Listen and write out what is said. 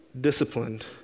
disciplined